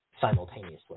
simultaneously